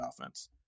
offense